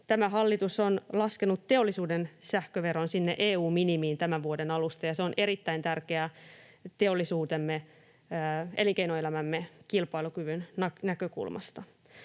tämä hallitus on laskenut teollisuuden sähköveron sinne EU-minimiin tämän vuoden alusta, ja se on erittäin tärkeää teollisuutemme ja elinkeinoelämämme kilpailukyvyn näkökulmasta.